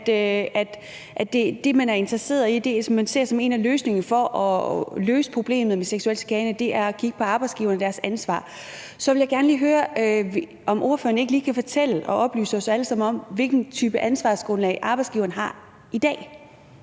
at det, man er interesseret i, og det, som man ser som en af måderne at løse problemet med seksuel chikane på, er at kigge på arbejdsgiveren og deres ansvar. Så jeg vil gerne lige høre, om ordføreren ikke lige kan fortælle og oplyse os alle sammen om, hvilken type ansvarsgrundlag arbejdsgiveren har i dag.